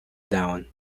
down